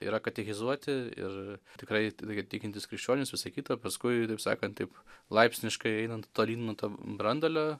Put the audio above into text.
yra katechizuoti ir tikrai tokie tikintys krikščionys visa kita paskui taip sakant taip laipsniškai einant tolyn nuo to branduolio